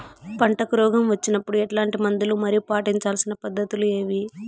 పంటకు రోగం వచ్చినప్పుడు ఎట్లాంటి మందులు మరియు పాటించాల్సిన పద్ధతులు ఏవి?